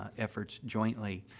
efforts jointly.